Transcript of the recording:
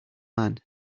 man